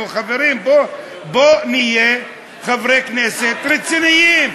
נו, חברים, בואו נהיה חברי כנסת רציניים.